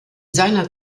seiner